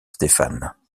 stéphane